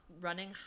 running